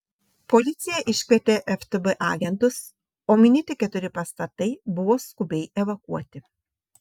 policija iškvietė ftb agentus o minėti keturi pastatai buvo skubiai evakuoti